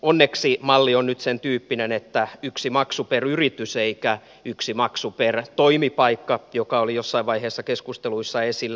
onneksi malli on nyt sen tyyppinen että yksi maksu per yritys eikä yksi maksu per toimipaikka mikä oli jossain vaiheessa keskusteluissa esillä